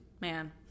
Man